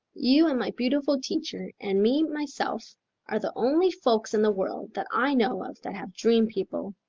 you and my beautiful teacher and me myself are the only folks in the world that i know of that have dream-people.